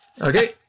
Okay